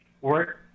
work